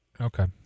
Okay